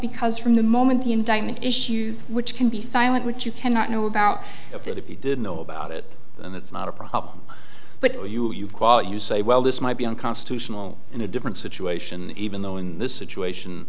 because from the moment the indictment issues which can be silent which you cannot know about if it if you didn't know about it then that's not a problem but for you you qualify you say well this might be unconstitutional in a different situation even though in this situation